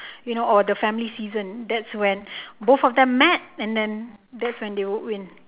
you know or the family season that's when both of them met that's when both of them win